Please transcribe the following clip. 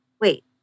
Wait